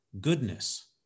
goodness